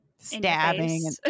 Stabbing